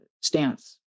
stance